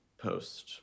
-post